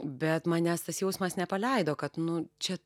bet manęs tas jausmas nepaleido kad nu čia